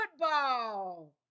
football